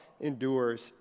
endures